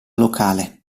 locale